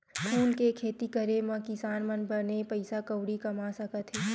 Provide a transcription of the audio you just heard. फूल के खेती करे मा किसान मन बने पइसा कउड़ी कमा सकत हे